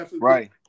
right